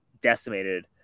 decimated